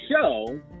show